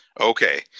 Okay